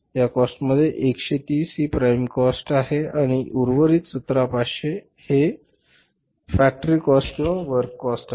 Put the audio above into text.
या काॅस्ट मध्ये 130 ही प्राईम काॅस्ट आहे आणि येथे उर्वरित 17500 हे आहेत तर 17500 हे तुमचे फॅक्टरी काॅस्ट किंवा वर्क काॅस्ट आहे